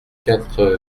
quatre